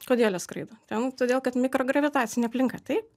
kodėl jie skraido ten todėl kad mikrogravitacinė aplinka taip